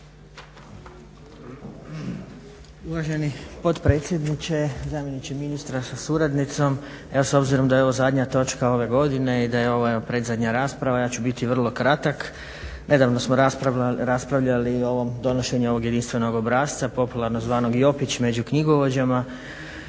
Uvaženi potpredsjedniče, zamjeniče ministra sa suradnicom. Evo s obzirom da je ovo zadnja točka ove godine i da je ovo evo predzadnja rasprava ja ću biti vrlo kratak. Nedavno smo raspravljali i o ovom donošenju ovog jedinstvenog obrasca popularno zvanog jopić među knjigovođama